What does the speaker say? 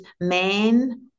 man